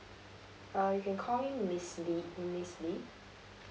uh you can call me miss lee miss lee